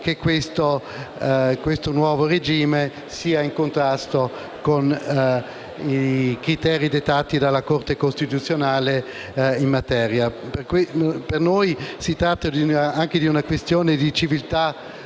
il nuovo regime in contrasto con i criteri dettati dalla Corte costituzionale in materia. Per noi si tratta anche di una questione di civiltà